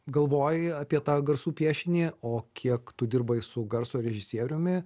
galvoji apie tą garsų piešinį o kiek tu dirbai su garso režisieriumi